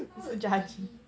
all the D_B